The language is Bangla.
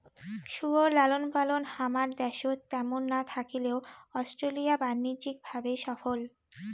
শুয়োর লালনপালন হামার দ্যাশত ত্যামুন না হইলেও অস্ট্রেলিয়া বাণিজ্যিক ভাবে সফল